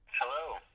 Hello